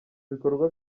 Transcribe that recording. bikorwa